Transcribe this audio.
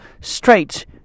straight